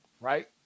right